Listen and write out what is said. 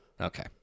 okay